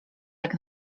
jak